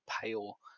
pale